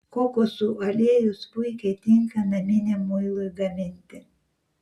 kokosų aliejus puikiai tinka naminiam muilui gaminti